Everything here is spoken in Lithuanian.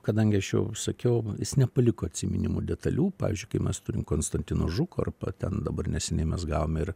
kadangi aš jau sakiau jis nepaliko atsiminimų detalių pavyzdžiui kai mes turim konstantino žuko arba ten dabar neseniai mes gavome ir